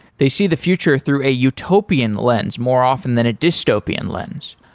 they see the future through a utopian lens, more often than a dystopian lens.